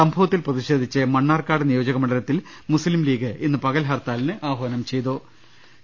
സംഭവത്തിൽ പ്രതിഷേധിച്ച് മണ്ണാർക്കാട്ട് നിയോജകമണ്ഡ ലത്തിൽ മുസ്ലിം ലീഗ് ഇന്ന് പകൽ ഹർത്താലിന് ആഹ്വാനം ചെയ്തിട്ടുണ്ട്